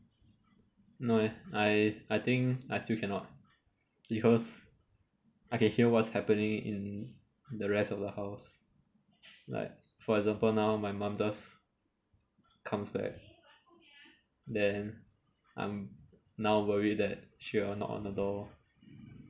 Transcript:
no eh I I think I still cannot because I can hear what's happening in the rest of the house like for example now my mum just comes back then I'm now worried that she will knock on the door